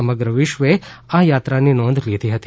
સમગ્ર વિશ્વએ આ યાત્રાનો નોંધ લીધી હતી